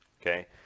Okay